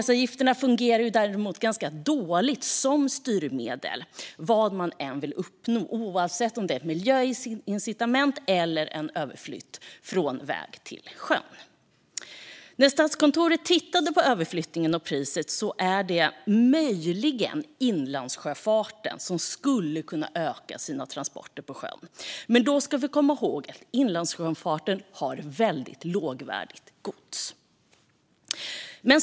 De fungerar ganska dåligt som styrmedel vad man än vill uppnå - oavsett om det är ett miljöincitament eller en överflytt från vägen till sjön. Statskontoret har tittat på överflyttningen och priset, och det är möjligen inlandssjöfarten som kan öka sina transporter på sjön. Men då ska man komma ihåg att inlandssjöfarten har väldigt lågvärdigt gods.